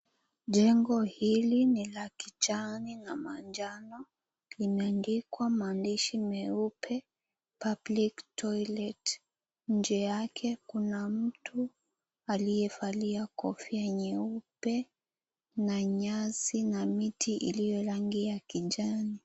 Jengo hili ni la kijani na manjano. Imeandikwa maandishi meupe public toilet . Nje yake kuna mtu aliyevalia kofia nyeupe na nyasi na miti iliyo rangi ya kijani.